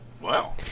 Wow